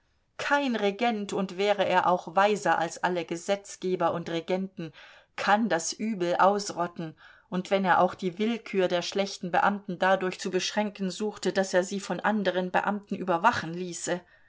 kein regent und wäre er auch weiser als alle gesetzgeber und regenten kann das übel ausrotten und wenn er auch die willkür der schlechten beamten dadurch zu beschränken suchte daß er sie von anderen beamten überwachen ließe